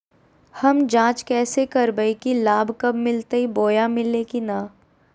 हम जांच कैसे करबे की लाभ कब मिलते बोया मिल्ले की न?